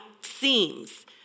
seems